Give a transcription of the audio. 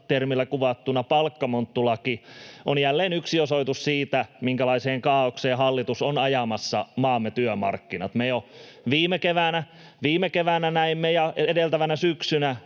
termillä kuvattuna ”palkkamonttulaki” on jälleen yksi osoitus siitä, minkälaiseen kaaokseen hallitus on ajamassa maamme työmarkkinat. Me jo viime keväänä ja edeltävänä syksynä